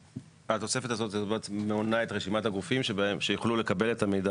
התוספת הזאת מונה את רשימת הגופים שיוכלו לקבל את המידע